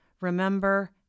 Remember